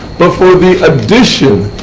but for the addition,